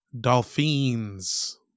Dolphins